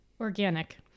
organic